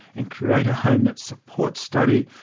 and create a home that supports study,